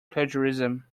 plagiarism